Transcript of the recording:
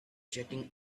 jetting